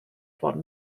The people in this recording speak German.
worden